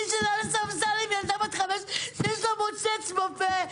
אני ישנה על ספסל עם ילדה בת 5 שיש לה מוצץ בפה.